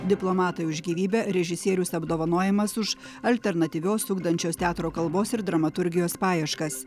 diplomatai už gyvybę režisieriaus apdovanojimas už alternatyvios ugdančios teatro kalbos ir dramaturgijos paieškas